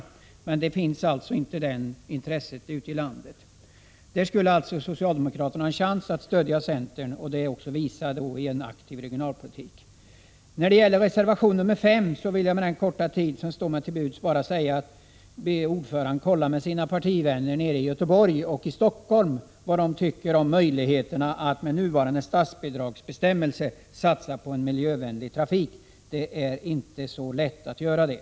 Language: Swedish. Intresset för dem finns alltså inte på samma sätt bland folk ute i landet. Socialdemokraterna har här en chans att visa att de vill föra en aktiv regionalpolitik genom att stödja kravet från centern. Med den korta tid som står mig till buds vill jag när det gäller reservation 5 bara be utskottets ordförande att fråga sina partivänner nere i Göteborg och i Stockholm vad de tycker om möjligheterna att med nuvarande statsbidragsbestämmelser satsa på en miljövänlig trafik. Han kommer att finna att det inte är så lätt att göra det.